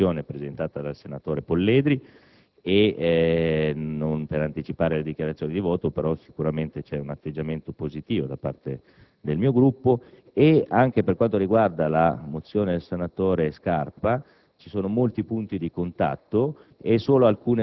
molta sintonia con la mozione presentata dal senatore Polledri. Non per anticipare le dichiarazioni di voto, ma sicuramente vi è un atteggiamento positivo da parte del mio Gruppo e ciò vale anche per quanto riguarda la mozione del senatore Scarpa